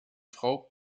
frau